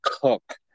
Cook